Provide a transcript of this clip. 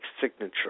signature